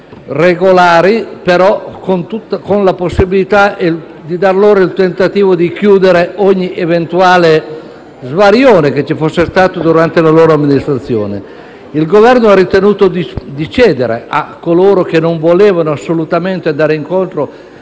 regolari con il tentativo di dar loro la possibilità di chiudere ogni eventuale svarione che ci fosse stato nella loro amministrazione. Il Governo ha ritenuto di cedere a coloro che non volevano assolutamente andare incontro